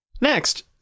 Next